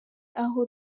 aho